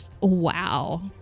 Wow